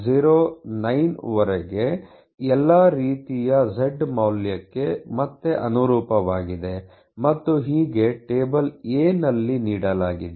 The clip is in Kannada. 09 ರವರೆಗಿನ ಎಲ್ಲ ರೀತಿಯ z ಮೌಲ್ಯಕ್ಕೆ ಮತ್ತೆ ಅನುರೂಪವಾಗಿದೆ ಮತ್ತು ಹೀಗೆ ಟೇಬಲ್ A ನಲ್ಲಿ ನೀಡಲಾಗಿದೆ